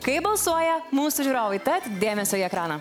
kaip balsuoja mūsų žiūrovai tad dėmesio į ekraną